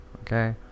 Okay